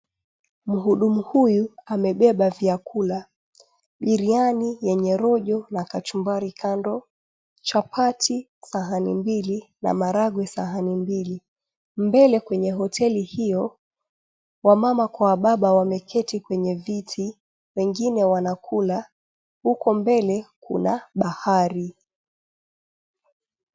Mhudumu huyu amebeba vyakula biriani yenye rojo na kachumbari kando, chapati sahani mbili na maharagwe sahani mbili, mbele kwenye hoteli hiyo wamama kwa wababa wameketi kwenye viti wengine wanakula huko mbele kuna bahari.